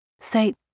Say